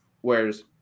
Whereas